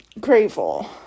Grateful